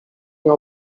nie